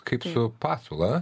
kaip su pasiūla